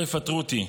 לא יפטרו אותי,